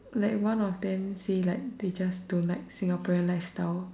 like one of them say like they just don't like Singaporean lifestyle